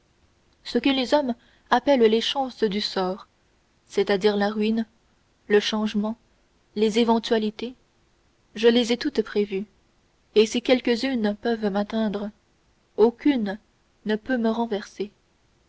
ce que les hommes appellent les chances du sort c'est-à-dire la ruine le changement les éventualités je les ai toutes prévues et si quelques-unes peuvent m'atteindre aucune ne peut me renverser